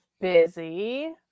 Busy